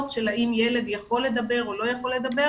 של האם ילד יכול לדבר או לא יכול לדבר,